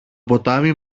ποτάμι